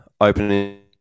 opening